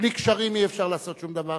בלי קשרים אי-אפשר לעשות שום דבר?